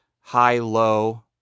high-low